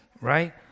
right